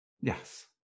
Yes